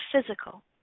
physical